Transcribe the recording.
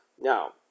Now